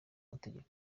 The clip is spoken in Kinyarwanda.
mategeko